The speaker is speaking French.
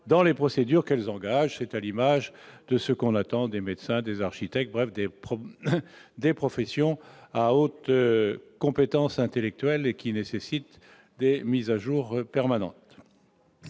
dans les procédures qu'elles engagent. C'est à l'image de ce qu'on attend des médecins, des architectes et de toutes les autres professions à hautes compétences intellectuelles et qui nécessitent des mises à jour permanentes.